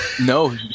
No